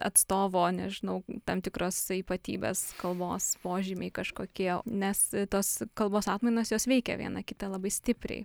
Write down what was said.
atstovo nežinau tam tikros ypatybės kalbos požymiai kažkokie nes tos kalbos atmainos jos veikia viena kitą labai stipriai